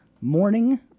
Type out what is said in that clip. Morning